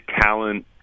talent